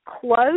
close